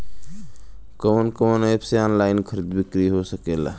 कवन कवन एप से ऑनलाइन खरीद बिक्री हो सकेला?